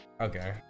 Okay